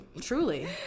Truly